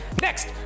Next